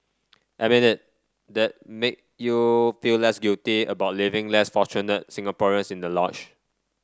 admit it that make you feel less guilty about leaving less fortunate Singaporeans in the lurch